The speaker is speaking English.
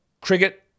cricket